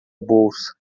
bolsa